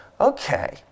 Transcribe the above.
Okay